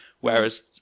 whereas